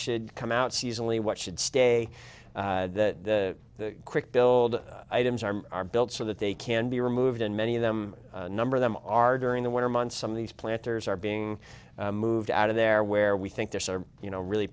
should come out seasonally what should stay that quick build items are built so that they can be removed and many of them number of them are during the winter months some of these planters are being moved out of there where we think there's you know really